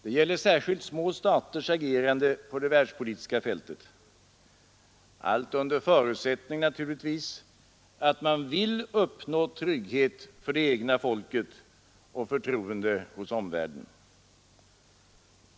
Det gäller särskilt små staters agerande på det världspolitiska fältet — allt naturligtvis under förutsättning att man vill uppnå trygghet för det egna folket och förtroende hos omvärlden.